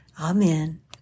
Amen